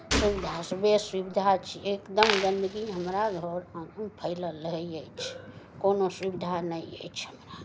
सुविधासँ बेसुविधा छियै एकदम गन्दगी हमरा घर आङ्गन फैलल रहैत अछि कोनो सुविधा नहि अछि हमरा